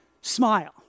Smile